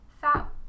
fat